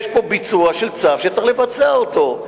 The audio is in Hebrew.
יש פה ביצוע של צו, צריך לבצע אותו.